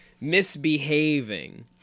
misbehaving